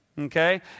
Okay